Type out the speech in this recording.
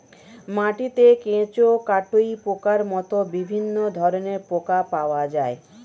মাটিতে কেঁচো, কাটুই পোকার মতো বিভিন্ন ধরনের পোকা পাওয়া যায়